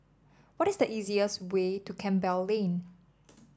what is the easiest way to Campbell Lane